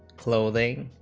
clothing